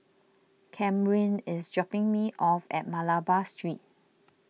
Kamryn is dropping me off at Malabar Street